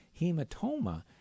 hematoma